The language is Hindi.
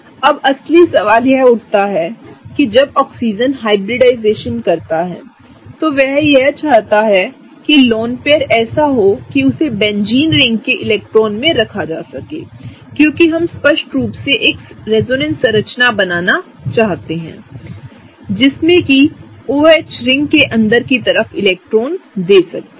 अब असली सवाल यह उठता है कि जब ऑक्सीजन हाइब्रिडाइजेशन करता है तोवहचाहता है कि वह लोन पेयर ऐसा हो कि उसे बेंजीन रिंग के इलेक्ट्रॉनों में रखा जा सकेक्योंकि हम स्पष्ट रूप से एक रेजोनेंस संरचना बना सकते हैं जिसमें कि OH रिंग के अंदर की तरफ इलेक्ट्रॉन दे सकता है